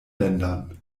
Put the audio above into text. ländern